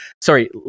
sorry